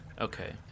Okay